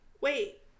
wait